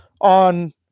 on